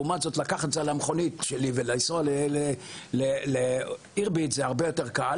לעומת זאת לקחת במכונית שלי ולנסוע לעיר זה הרבה יותר קל